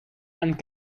and